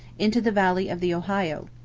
into the valley of the ohio.